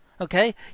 Okay